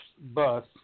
bus